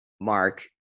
mark